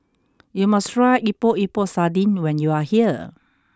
you must try Epok Epok Sardin when you are here